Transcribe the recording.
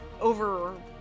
over